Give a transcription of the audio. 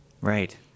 Right